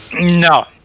No